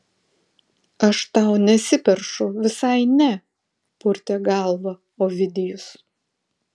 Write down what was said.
aš tau nesiperšu visai ne purtė galvą ovidijus